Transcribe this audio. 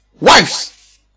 Wives